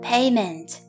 Payment